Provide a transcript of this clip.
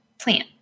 plant